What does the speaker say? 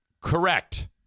Correct